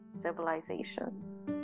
civilizations